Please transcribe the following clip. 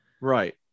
Right